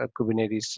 Kubernetes